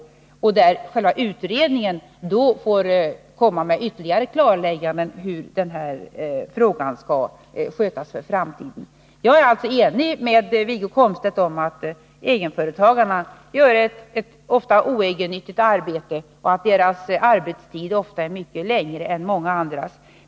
Själva utredningen får då komma med ytterligare klarlägganden av hur den här frågan skall skötas för framtiden. Jag är alltså enig med Wiggo Komstedt om att egenföretagarna gör ett ofta oegennyttigt arbete och att deras arbetstid inte sällan är mycket längre än många andras.